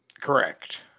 Correct